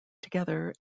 together